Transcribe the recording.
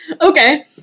Okay